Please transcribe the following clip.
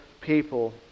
people